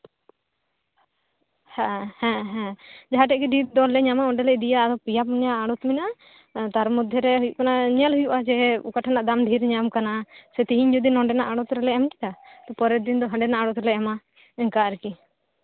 ᱦᱮᱸ ᱦᱮᱸ ᱡᱟᱦᱟᱸᱴᱷᱮᱡ ᱜᱤ ᱰᱷᱮᱨ ᱫᱟᱢ ᱞᱮ ᱧᱟᱢᱟ ᱚᱸᱰᱮ ᱞᱮ ᱤᱫᱤᱭᱟ ᱯᱮᱭᱟ ᱯᱩᱱᱭᱟᱹ ᱟᱲᱚᱛ ᱢᱮᱱᱟᱜᱼᱟ ᱛᱟᱨᱢᱚᱫᱽᱫᱷᱮ ᱨᱮ ᱧᱮᱞ ᱦᱩᱭᱩᱜᱼᱟ ᱡᱮ ᱚᱠᱟᱴᱷᱮᱱᱟᱜ ᱫᱟᱢ ᱰᱷᱮᱨ ᱧᱟᱢᱚᱜ ᱠᱟᱱᱟ ᱥᱮ ᱛᱤᱦᱤᱧ ᱡᱩᱫᱤ ᱱᱚᱸᱰᱮᱱᱟᱜ ᱟᱲᱚᱛ ᱨᱮᱞᱮ ᱮᱢ ᱠᱮᱫᱟ ᱯᱚᱨᱮᱨ ᱫᱤᱱ ᱫᱚ ᱦᱟᱸᱰᱮᱟᱜ ᱟᱲᱚᱛ ᱨᱮᱞᱮ ᱮᱢᱟ ᱚᱱᱠᱟ ᱟᱨᱠᱤ